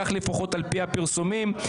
כך לפחות על-פי הפרסומים.